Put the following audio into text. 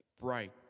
Bright